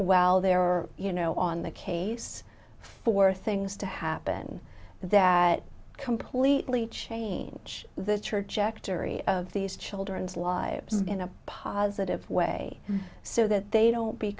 well there are you know on the case for things to happen that completely change the trajectory of these children's lives in a positive way so that they don't be